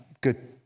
good